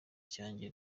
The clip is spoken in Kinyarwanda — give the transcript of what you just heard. cyanjye